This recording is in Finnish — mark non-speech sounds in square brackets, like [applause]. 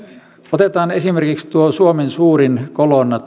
otetaan esimerkiksi tuo suomen suurin kolonna [unintelligible]